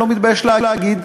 אני לא מתבייש להגיד,